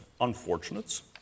unfortunates